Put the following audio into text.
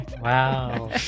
Wow